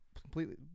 completely